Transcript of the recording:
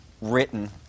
written